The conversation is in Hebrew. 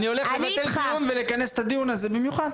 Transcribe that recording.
אני הולך לבטל דיון ולכנס את הדיון הזה במיוחד.